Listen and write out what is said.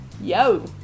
Yo